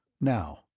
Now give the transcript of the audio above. Now